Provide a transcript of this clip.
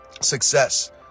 success